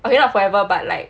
okay not forever but like